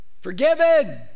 Forgiven